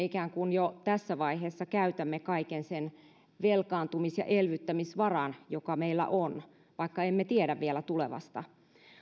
ikään kuin jo tässä vaiheessa käytämme kaiken sen velkaantumis ja elvyttämisvaran joka meillä on vaikka emme tiedä vielä tulevasta